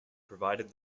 provided